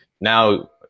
now